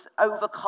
overcome